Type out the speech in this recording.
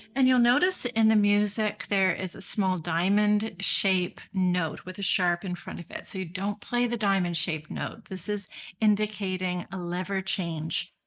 and you'll notice in the music there is a small diamond shape note with a sharp in front of it. so you don't play the diamond shaped note, this is indicating a lever change.